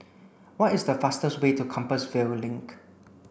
what is the fastest way to Compassvale Link